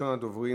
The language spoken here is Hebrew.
מס' 4085,